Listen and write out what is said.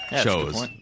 shows